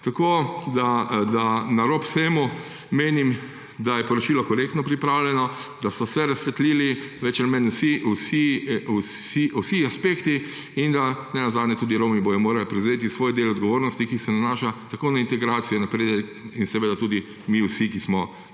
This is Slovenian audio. zakonodaje. Na koncu menim, da je poročilo korektno pripravljeno, da so se razsvetlili bolj ali manj vsi aspekti in da bodo ne nazadnje tudi Romi morali prevzeti svoj del odgovornosti, ki se nanaša na integracijo, napredek, in seveda tudi mi vsi, ki